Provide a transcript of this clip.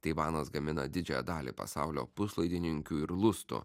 taivanas gamina didžiąją dalį pasaulio puslaidininkių ir lustų